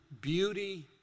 beauty